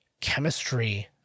chemistry